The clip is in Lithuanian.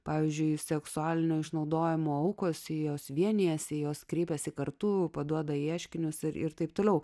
pavyzdžiui seksualinio išnaudojimo aukos sijos vienijasi jos kreipiasi kartu paduoda ieškinius ir ir taip toliau